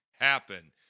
happen